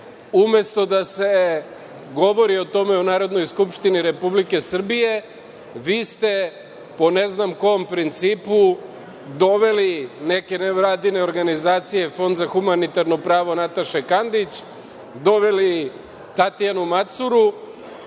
umesto da se govori o tome u Narodnoj skupštini Republike Srbije, vi ste po ne znam kom principu doveli neke nevladine organizacije, Fond za humanitarno pravo Nataše Kandić, doveli Tatjanu Macuru,